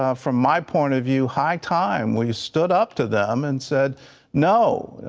ah from my point of view, high time we stood up to them and said no.